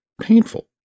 painful